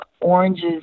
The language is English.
oranges